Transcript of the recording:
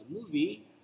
movie